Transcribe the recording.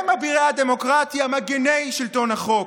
הם אבירי הדמוקרטיה, מגיני שלטון החוק.